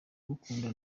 ugukunda